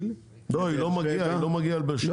היא לא מגיעה לבאר שבע.